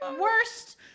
Worst